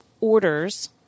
orders